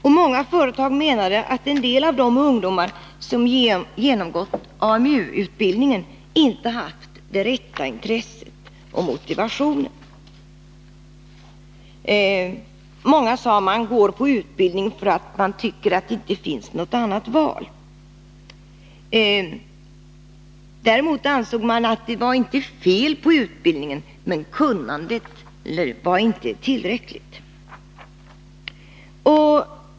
På många företag menade man att en del av de ungdomar som genomgått AMU-utbildning inte haft det rätta intresset och den rätta motivationen. Många, sade man, går på utbildning för att de tycker att det inte finns något annat val. Däremot ansåg man att det inte var fel på utbildningen, det var kunnandet som inte var tillräckligt.